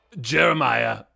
Jeremiah